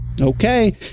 okay